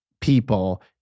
people